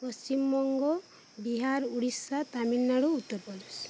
Paschimbanga Bihar Orissa Tamil Nadu Uttar Pradesh